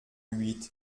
huit